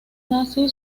nazi